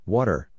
Water